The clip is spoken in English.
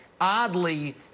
oddly